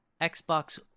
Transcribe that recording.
Xbox